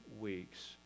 weeks